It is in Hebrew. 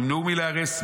נמנעו מלארס,